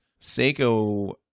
Seiko